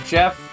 Jeff